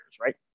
right